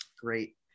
Great